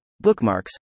bookmarks